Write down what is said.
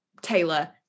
taylor